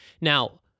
Now